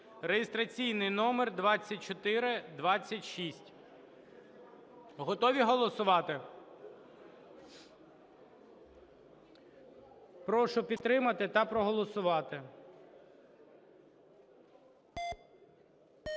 (реєстраційний номер 2426). Готові голосувати? Прошу підтримати та проголосувати.